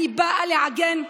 אני באה לעגן,